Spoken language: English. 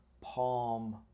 palm